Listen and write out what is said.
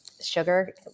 sugar